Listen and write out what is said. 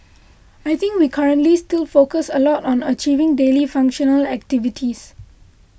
I think we currently still focus a lot on achieving daily functional activities